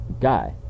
guy